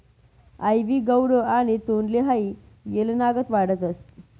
आइवी गौडो आणि तोंडली हाई येलनागत वाढतस